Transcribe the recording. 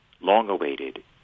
long-awaited